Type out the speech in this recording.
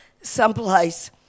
someplace